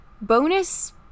Bonus